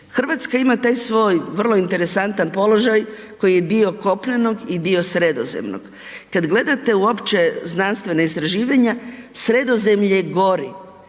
Hrvatska ima taj svoj vrlo interesantan položaj koji je dio kopnenog i dio sredozemnog. Kad gledate uopće znanstvena istraživanja, Sredozemlje gori.